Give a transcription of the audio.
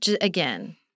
again